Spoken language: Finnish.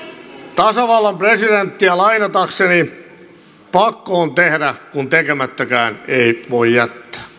tasavallan presidenttiä lainatakseni pakko on tehdä kun tekemättäkään ei voi jättää